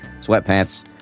sweatpants